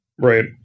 Right